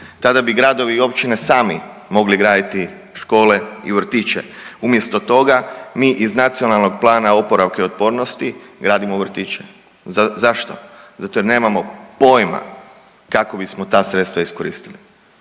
Tada bi gradovi i općine sami mogli graditi škole i vrtiće, umjesto toga mi iz NPOO-a gradimo vrtiće. Zašto? Zato jer nemamo pojma kako bismo ta sredstva iskoristili.